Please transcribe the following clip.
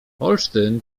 olsztyn